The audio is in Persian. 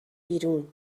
بیرون